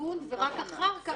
הארגון ורק אחר כך,